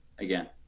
Again